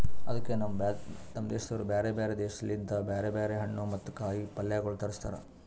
ಅದುಕೆ ನಮ್ ದೇಶದವರು ಬ್ಯಾರೆ ಬ್ಯಾರೆ ದೇಶ ಲಿಂತ್ ಬ್ಯಾರೆ ಬ್ಯಾರೆ ಹಣ್ಣು ಮತ್ತ ಕಾಯಿ ಪಲ್ಯಗೊಳ್ ತರುಸ್ತಾರ್